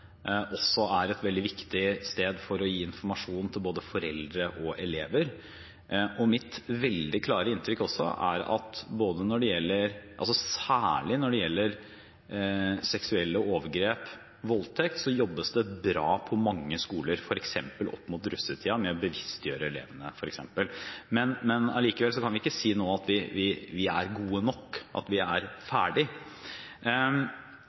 er veldig viktig for å gi informasjon til både foreldre og elever. Mitt veldig klare inntrykk er også at særlig når det gjelder seksuelle overgrep og voldtekt, jobbes det bra på mange skoler, f.eks. opp mot russetiden, med å bevisstgjøre elevene. Likevel kan vi ikke nå si at vi er gode nok, at vi er ferdige. Jeg synes samtidig det er litt viktig å si at selv om skolen er